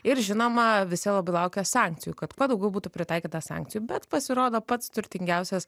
ir žinoma visi labai laukia sankcijų kad kuo daugiau būtų pritaikyta sankcijų bet pasirodo pats turtingiausias